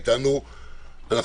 התשפ"א-2021.